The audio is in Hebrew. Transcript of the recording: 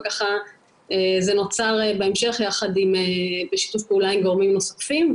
ובהמשך בשיתוף פעולה עם גורמים נוספים.